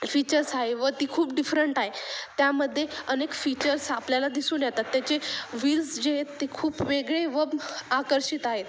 features आहे व ती खूप डिफरंट आ आहे त्यामध्ये अनेक फीचर्स आपल्याला दिसून येतात त्याचे व्हील्स जे आहेत ते खूप वेगळे व आकर्षित आहेत